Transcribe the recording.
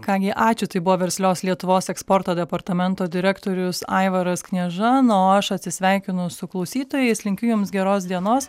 ką gi ačiū tai buvo verslios lietuvos eksporto departamento direktorius aivaras knieža na o aš atsisveikinu su klausytojais linkiu jums geros dienos